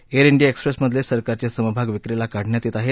air India एक्सप्रेसमधले सरकारचे समभाग विक्रीला काढण्यात येत आहेत